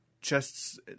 chests